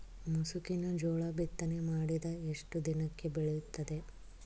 ಮುಸುಕಿನ ಜೋಳ ಬಿತ್ತನೆ ಮಾಡಿದ ಎಷ್ಟು ದಿನಕ್ಕೆ ಬೆಳೆಯುತ್ತದೆ?